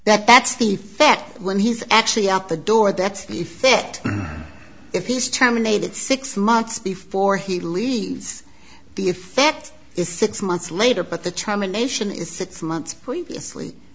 that that's the fact when he's actually out the door that he fit if he's terminated six months before he leaves the effect is six months later but the time a nation is six months previously